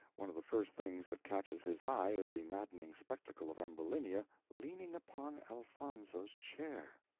one of the first things that catches his eye is the maddening spectacle of ambulinia leaning upon elfonzo's chair.